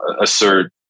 assert